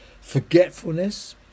forgetfulness